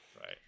right